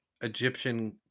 Egyptian